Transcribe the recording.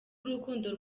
urukundo